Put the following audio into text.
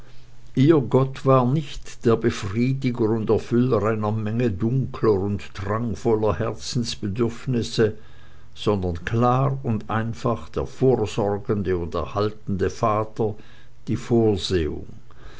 ihr gott war nicht der befriediger und erfüller einer menge dunkler und drangvoller herzensbedürfnisse sondern klar und einfach der vorsorgende und erhaltende vater die vorsehung